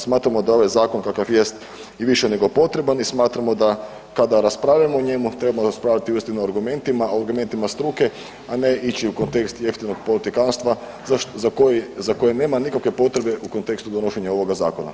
Smatramo da je ovaj zakon kakav jest i više nego potreban i smatramo da kada raspravljamo o njemu treba raspravljati uistinu argumentima, argumentima struke, a ne ići u kontekst jeftinog politikanstva za koje nema nikakve potrebe u kontekstu donošenja ovoga zakona.